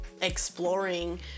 exploring